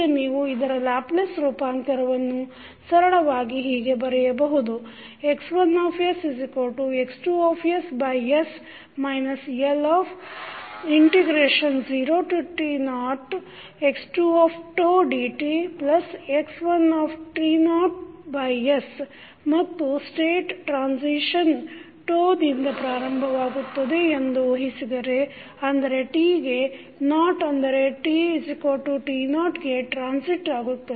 ಈಗ ನೀವು ಇದರ ಲ್ಯಾಪ್ಲೇಸ್ ರೂಪಾಂತರವನ್ನು ಸರಳವಾಗಿ ಹೀಗೆ ಬರಯಬಹುದು X1sX2s L0t0x2dτx1t0s ಮತ್ತು ಸ್ಟೇಟ್ ಟ್ರಾಸ್ಸಿಷನ್ ಟೊ ದಿಂದ ಪ್ರಾರಭವಾಗುತ್ತದೆ ಎಂದು ಊಹಿಸಿದರೆ ಅಂದರೆ t ಗೆ naught ಅಂದರೆ t0 ಗೆ ಟ್ರಾಸ್ಸಿಟ್ ಆಗುತ್ತದೆ